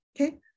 Okay